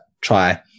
try